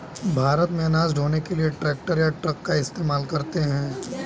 भारत में अनाज ढ़ोने के लिए ट्रैक्टर या ट्रक का इस्तेमाल करते हैं